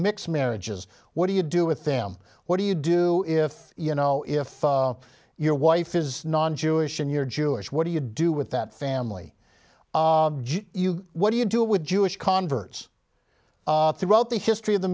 mixed marriages what do you do with them what do you do if you know if your wife is non jewish and you're jewish what do you do with that family what do you do with jewish converts throughout the history of the